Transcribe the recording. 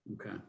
Okay